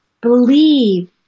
Believe